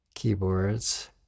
keyboards